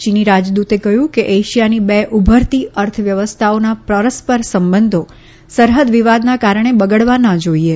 ચીની રાજદ્દતે કહ્યું કે એશિયાની બે ઉભરતી અર્થવ્યવસ્થાઓના પરસ્પર સંબંધો સરહદ વિવાદના કારણે બગડવા ન જોઈએ